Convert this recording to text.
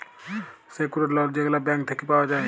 secured লল যেগলা bank থ্যাইকে পাউয়া যায়